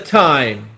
time